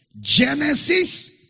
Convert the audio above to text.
Genesis